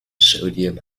sodium